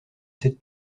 cette